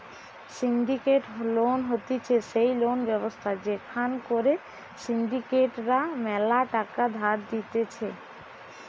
syndicated loan হতিছে সেই loan ব্যবস্থা যেখান করে সিন্ডিকেট রা ম্যালা টাকা ধার দিতেছে